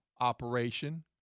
operation